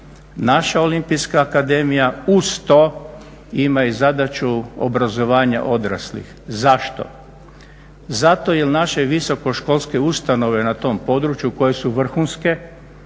Naša Olimpijska akademija uz to ima i zadaću obrazovanja odraslih. Zašto? Zato jer naše visoko školske ustanove na tom području koje su vrhunske,